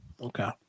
Okay